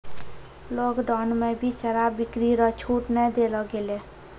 lockdown मे भी शराब बिक्री रो छूट नै देलो गेलै